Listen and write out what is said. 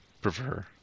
prefer